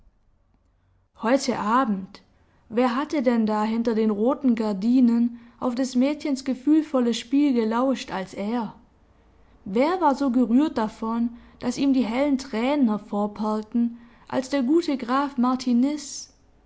heute abend wer hatte denn da hinter den roten gardinen auf des mädchens gefühlvolles spiel gelauscht als er wer war so gerührt davon daß ihm die hellen tränen hervorperlten als der gute graf martiniz